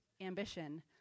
ambition